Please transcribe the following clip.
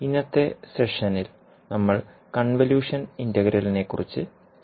ഇന്നത്തെ സെഷനിൽ നമ്മൾ കൺവല്യൂഷൻ ഇന്റഗ്രലിനെക്കുറിച്ച് ചർച്ച ചെയ്യും